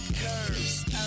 curves